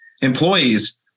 employees